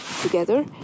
together